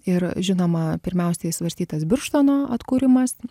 ir žinoma pirmiausiai svarstytas birštono atkūrimas